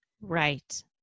Right